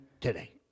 today